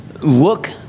look